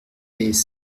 des